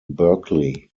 berkeley